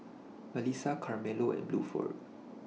Malissa Carmelo and Bluford